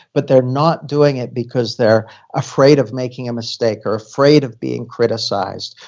but they're not doing it because they're afraid of making a mistake, or afraid of being criticized,